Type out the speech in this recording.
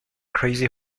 crazy